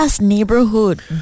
neighborhood